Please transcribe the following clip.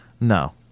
No